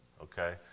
okay